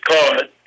card